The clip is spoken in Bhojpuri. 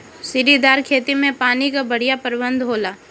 सीढ़ीदार खेती में पानी कअ बढ़िया प्रबंध होला